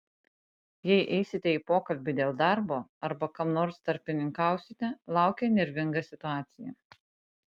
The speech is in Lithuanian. jei eisite į pokalbį dėl darbo arba kam nors tarpininkausite laukia nervinga situacija